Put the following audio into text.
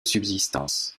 subsistance